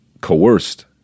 coerced